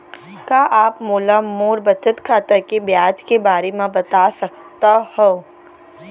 का आप मोला मोर बचत खाता के ब्याज के बारे म बता सकता हव?